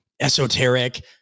esoteric